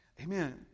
Amen